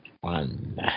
One